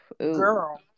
girl